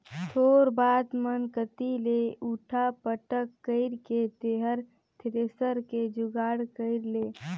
थोर बात मन कति ले उठा पटक कइर के तेंहर थेरेसर के जुगाड़ कइर ले